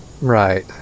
Right